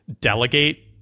delegate